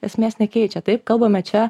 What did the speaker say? esmės nekeičia taip kalbame čia